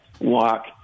walk